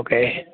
okay